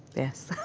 yes,